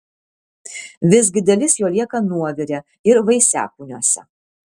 visgi dalis jo lieka nuovire ir vaisiakūniuose